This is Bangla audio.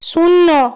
শূন্য